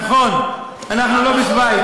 נכון, אנחנו לא בשווייץ.